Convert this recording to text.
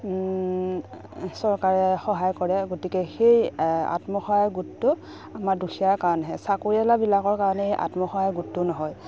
চৰকাৰে সহায় কৰে গতিকে সেই আত্মসহায়ক গোটটো আমাৰ দুখীয়াৰ কাৰণেহে চাকৰিয়ালবিলাকৰ কাৰণে এই আত্মসহায়ক গোটটো নহয়